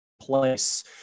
place